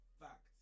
fact